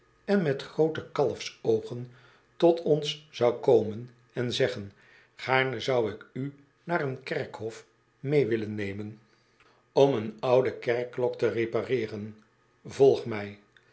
en met groote kalfsoogen tot ons zou komen en zeggen gaarne zou ik u naar een kerkhof mee willen nemen om een onde kerkklok te repareeren volg mij